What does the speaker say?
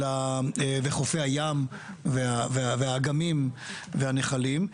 חופי הים והאגמים והנחלים,